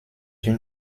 une